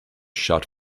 shot